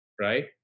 right